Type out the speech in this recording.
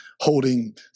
holding